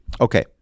Okay